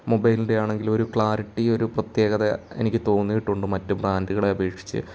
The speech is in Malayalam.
മൊബൈലിൻ്റെ ആണെങ്കിലും ഒരു ക്ലാരിറ്റി ഒരു പ്രത്യേകത എനിക്ക് തോന്നിയിട്ടുണ്ട് മറ്റു ബ്രാൻഡുകളെ അപേക്ഷിച്ച്